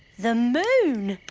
the moon!